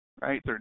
right